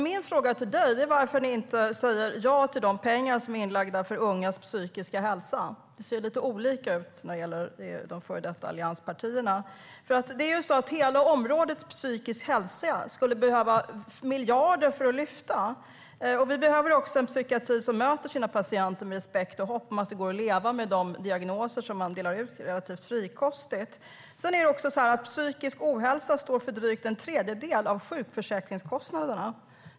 Min fråga till dig är varför ni inte säger ja till de pengar som anslås för ungas psykiska hälsa. Det ser lite olika ut där när det gäller de före detta allianspartierna. Hela området psykisk hälsa skulle behöva miljarder för att lyfta. Vi behöver också en psykiatri som bemöter sina patienter med respekt och hopp om att det går att leva med de diagnoser som man delar ut relativt frikostigt. Psykisk ohälsa står för drygt en tredjedel av sjukförsäkringskostnaderna.